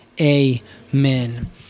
Amen